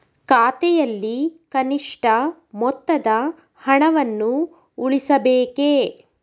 ಖಾತೆಯಲ್ಲಿ ಕನಿಷ್ಠ ಮೊತ್ತದ ಹಣವನ್ನು ಉಳಿಸಬೇಕೇ?